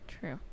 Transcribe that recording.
True